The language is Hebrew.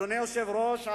אדוני היושב-ראש,